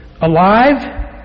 alive